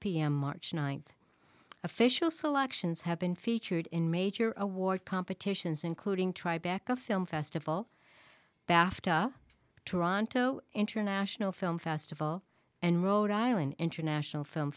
pm march ninth official selections have been featured in major award competitions including tri backup film festival bafta toronto international film festival and rhode island international film